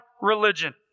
religion